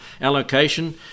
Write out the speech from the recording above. allocation